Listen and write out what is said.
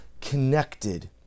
connected